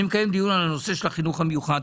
אני מקיים דיון על הנושא של החינוך המיוחד.